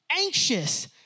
anxious